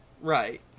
Right